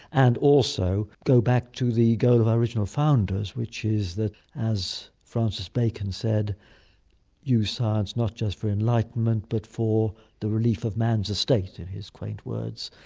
and also go back to the goal of our original founders, which is that as francis bacon said use science, not just for enlightenment but for the relief of man's estate', are and his quaint words.